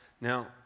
Now